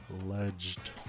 alleged